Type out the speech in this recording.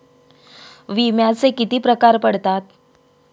विम्याचे किती प्रकार पडतात?